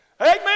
Amen